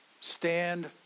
Stand